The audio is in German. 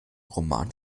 roman